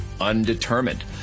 undetermined